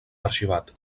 arxivat